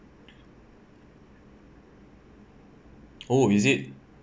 oh is it